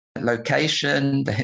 location